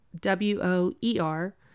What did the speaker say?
W-O-E-R